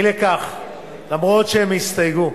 אי לכך, אף-על-פי שהם הסתייגו,